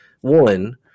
One